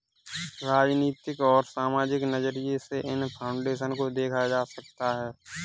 राजनीतिक और सामाजिक नज़रिये से इन फाउन्डेशन को देखा जा सकता है